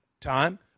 time